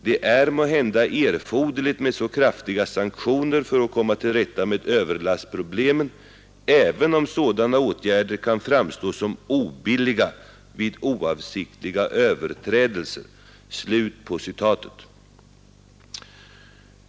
Det är måhända erforderligt med så kraftiga sanktioner för att komma till rätta med överlastproblemen även om sådana åtgärder kan framstå som obilliga vid oavsiktliga överträdelser.